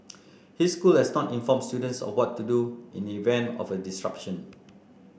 his school had not informed students of what to do in event of a disruption